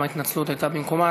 גם ההתנצלות הייתה במקומה.